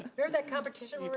here's that competition we were